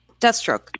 Deathstroke